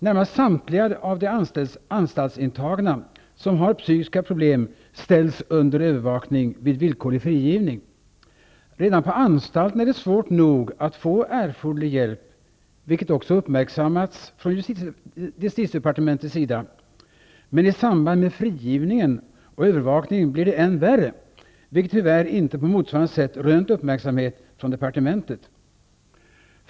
Närmast samtliga av de anstaltsintagna som har psykiska problem ställs under övervakning vid villkorlig frigivning. Redan på anstalten är det svårt nog att få erforderlig hjälp, vilket också uppmärksammats från justitiedepartementet. Men i samband med frigivningen och övervakningen blir det än värre, vilket tyvärr inte på motsvarande sätt rönt uppmärksamhet från departementet.